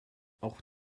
auch